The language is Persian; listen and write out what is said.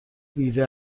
بیوه